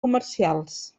comercials